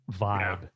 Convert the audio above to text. vibe